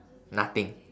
nothing